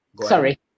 sorry